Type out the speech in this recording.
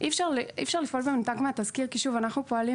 אי-אפשר לפעול במנותק מהתזכיר כי אנחנו פועלים